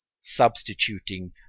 substituting